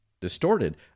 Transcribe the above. distorted